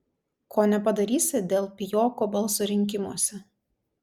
ko nepadarysi dėl pijoko balso rinkimuose